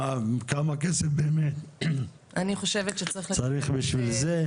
כמה כסף באמת צריך בשביל זה.